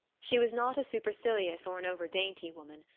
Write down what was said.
she was not a supercilious or an over-dainty woman.